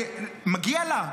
מגיע לה,